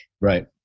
Right